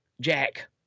Jack